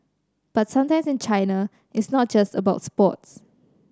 but sometimes in China it's not just about sports